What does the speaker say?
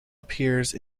appears